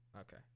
Okay